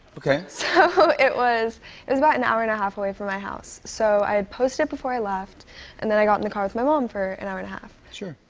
okay. so it was it was about an hour and a half away from my house so, i posted it before i left and then, i got in the car with my mom for an and hour and a half. sure.